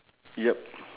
yup